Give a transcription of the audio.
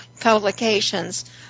publications